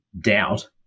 doubt